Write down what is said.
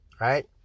right